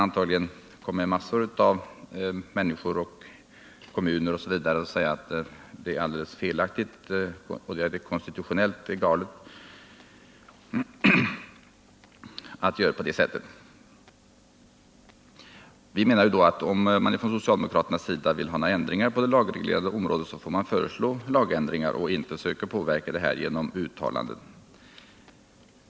Antagligen skulle en massa människor och en hel del kommuner säga att det är alldeles felaktigt och att det konstitutionellt är galet att göra på det sättet. Men om man från socialdemokratiskt håll vill ha ändringar på det lagreglerade området måste man föreslå lagändringar och inte söka påverka genom uttalanden.